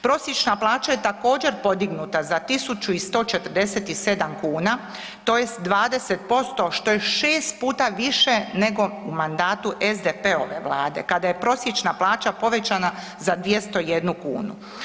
Prosječna plaća je također, podignuta za 1147 kuna, tj. 20%, što je 6 puta više nego u mandatu SDP-ove Vlade, kada je prosječna plaća povećana za 201 kunu.